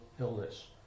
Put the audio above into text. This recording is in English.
illness